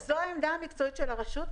זו העמדה המקצועית של הרשות,